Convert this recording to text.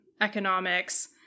economics